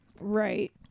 Right